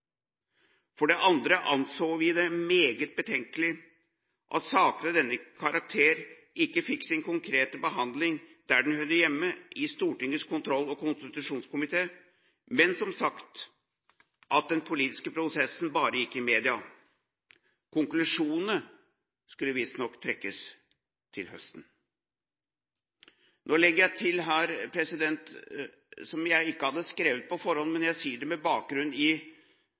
For det andre anså vi det meget betenkelig at saker av denne karakter ikke fikk sin konkrete behandling der den hører hjemme, i Stortingets kontroll- og konstitusjonskomité, men – som sagt – at den politiske prosessen bare gikk i mediene. Konklusjonene skulle visstnok trekkes til høsten. Nå legger jeg til noe her som jeg ikke hadde skrevet på forhånd, men jeg sier det med bakgrunn i